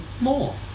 more